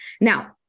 Now